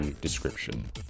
description